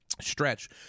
stretch